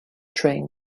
train